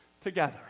together